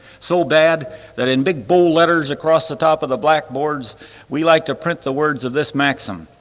so bad that in big bold letters across the top of the blackboards we like to print the words of this maxim.